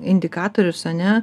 indikatorius ane